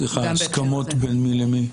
הסכמות בין מי למי?